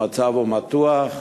המצב מתוח,